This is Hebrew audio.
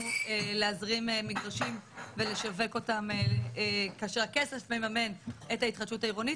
להזרים מגרשים ולשווק אותם כאשר הכסף מממן את ההתחדשות העירונית.